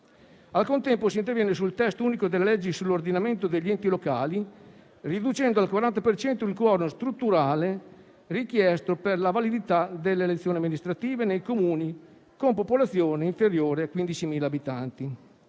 Al contempo, si interviene sul testo unico delle leggi sull'ordinamento degli enti locali riducendo al 40 per cento il *quorum* strutturale richiesto per la validità delle elezioni amministrative nei Comuni con popolazione inferiore a 15.000 abitanti.